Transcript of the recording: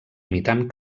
imitant